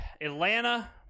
Atlanta